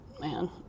Man